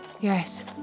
Yes